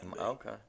Okay